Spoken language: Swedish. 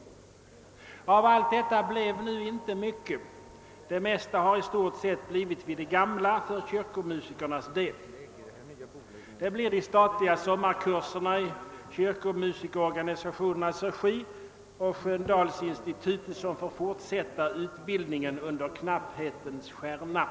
Av allt detta blev nu inte mycket — det mesta har i stort sett blivit vid det gamla för kyrkomusikernas del. Det blir de statliga sommarkurserna i kyrkomusikerorganisationernas regi och Sköndalsinstitutet som får fortsätta utbildningen under knapphetens stjärna.